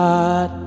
God